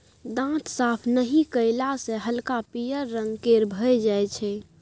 दांत साफ नहि कएला सँ हल्का पीयर रंग केर भए जाइ छै